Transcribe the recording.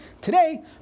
Today